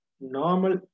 normal